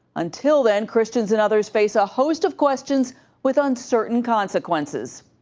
until then, christians and others face a host of questions with uncertain consequences.